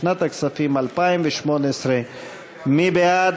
לשנת הכספים 2018. מי בעד?